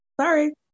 sorry